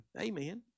Amen